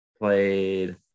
played